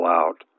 out